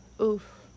Oof